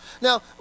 Now